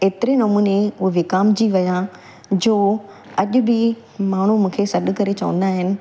ऐं एतिरे नमूने उहो विकामिजी विया जो अॼु बि माण्हू मूंखे सॾु करे चवंदा आहिनि